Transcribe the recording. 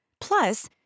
Plus